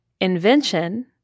invention